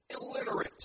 illiterate